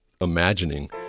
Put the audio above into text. imagining